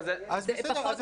הם פחות מדביקים,